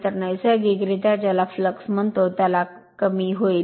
तर नैसर्गिकरित्या ज्याला फ्लक्स म्हणतो त्याला कमी होईल